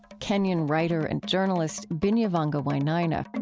kenyan writer and journalist binyavanga wainaina.